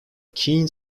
keen